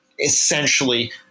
essentially